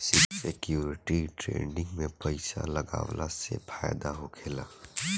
security trading में पइसा लगावला से फायदा होखेला